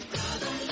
Brother